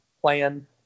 plan